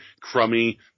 crummy